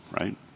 right